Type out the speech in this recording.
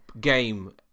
game